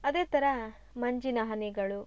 ಅದೇ ಥರ ಮಂಜಿನ ಹನಿಗಳು